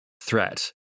threat